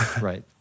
Right